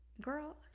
Girl